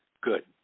good